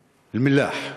למְלַאח.